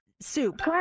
soup